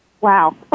wow